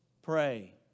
Pray